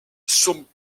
sont